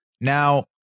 Now